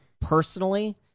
Personally